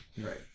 Right